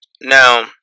Now